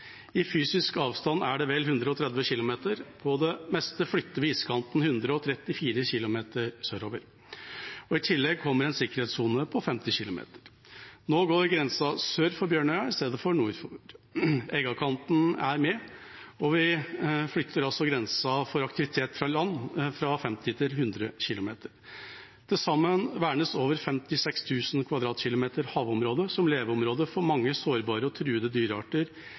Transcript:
meste flytter vi iskanten 134 km sørover, og i tillegg kommer en sikkerhetssone på 50 km. Nå går grensa sør for Bjørnøya i stedet for nord for. Eggakanten er med, og vi flytter grensa for aktivitet ved land fra 50 til 100 km. Til sammen vernes over 56 000 km 2 havområder som leveområde for mange sårbare og truede dyrearter